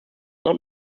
not